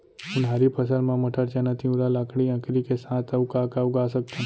उनहारी फसल मा मटर, चना, तिंवरा, लाखड़ी, अंकरी के साथ अऊ का का उगा सकथन?